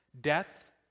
Death